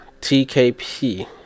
TKP